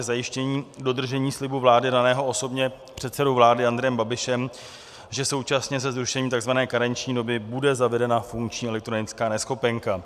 Je to zajištění dodržení slibu vlády daného osobně předsedou vlády Andrejem Babišem, že současně se zrušením tzv. karenční doby bude zavedena funkční elektronická neschopenka.